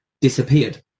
disappeared